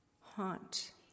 haunt